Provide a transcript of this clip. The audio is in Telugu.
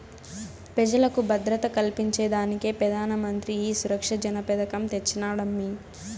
పెజలకు భద్రత కల్పించేదానికే పెదానమంత్రి ఈ సురక్ష జన పెదకం తెచ్చినాడమ్మీ